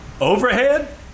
Overhead